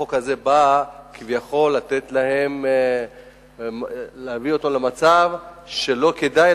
החוק הזה בא כביכול להביא אותם למצב שלא כדאי